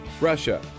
Russia